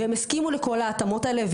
והם הסכימו לכל ההתאמות האלה,